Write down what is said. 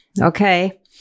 okay